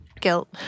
guilt